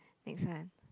next one